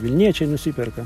vilniečiai nusiperka